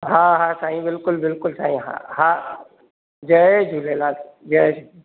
हा हा साईं बिल्कुल बिल्कुल साईं हा हा जय झूलेलाल जय झूले